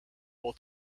will